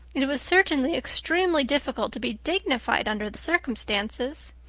it was certainly extremely difficult to be dignified under the circumstances!